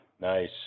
Nice